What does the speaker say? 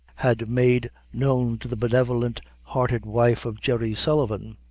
had made known to the benevolent hearted wife of jerry sullivan.